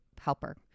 helper